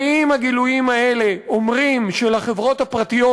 ואם הגילויים האלה אומרים שלחברות הפרטיות